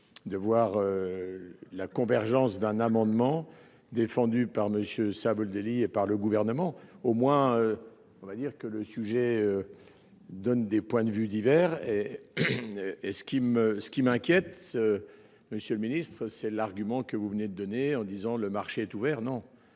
De voir. La convergence d'un amendement défendu par Monsieur Savoldelli et par le gouvernement au moins. On va dire que le sujet. Donnent des points de vue divers et. Et ce qui me ce qui m'inquiète. Monsieur le Ministre, c'est l'argument que vous venez de donner, en disant, le marché est ouvert non.